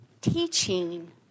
teaching